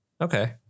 Okay